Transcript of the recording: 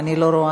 שלוש